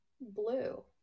blue